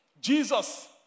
Jesus